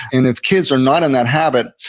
and if kids are not in that habit,